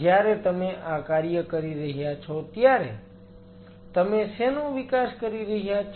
જ્યારે તમે આ કાર્ય કરી રહ્યા છો ત્યારે તમે શેનો વિકાસ કરી રહ્યા છો